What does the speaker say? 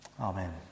Amen